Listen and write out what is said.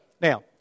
now